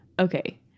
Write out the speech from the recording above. Okay